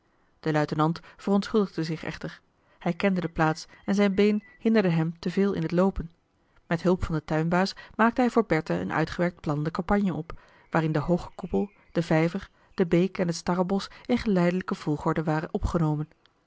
de luitenant verontschuldigde zich echter hij kende de plaats en zijn been hinderde hem te veel in het loopen met hulp van den tuinbaas maakte hij voor bertha een uitgewerkt plan de campagne op waarin de hooge koepel de vijver de beek en het starrebosch in geleidelijke volgorde waren opgenomen